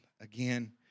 again